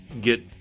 get